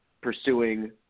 pursuing